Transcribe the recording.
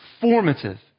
formative